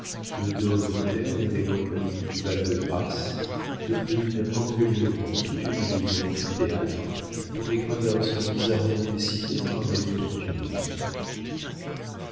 le dôme terne et mélancolique du val-de-grâce dominent orgueilleusement toute une ville en amphithéâtre dont les gradins sont bizarrement dessinés par des rues tortueuses